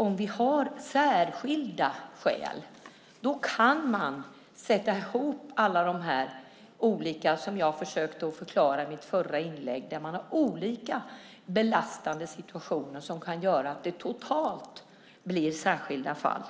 Om vi har "särskilda skäl" kan man sätta ihop de olika situationer som jag försökte redogöra för i mitt förra inlägg. Man kan ha olika belastande situationer som tillsammans kan göra att det blir tal om särskilda skäl.